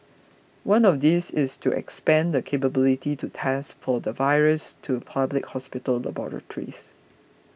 one of these is to expand the capability to test for the virus to public hospital laboratories